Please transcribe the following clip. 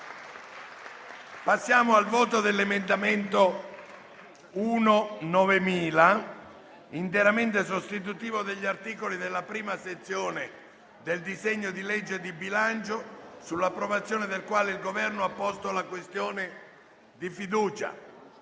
presentato dal Governo, interamente sostitutivo degli articoli della prima sezione del disegno di legge n. 926, sull'approvazione del quale il Governo ha posto la questione di fiducia.